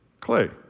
Clay